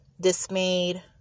dismayed